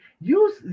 Use